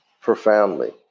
profoundly